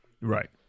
Right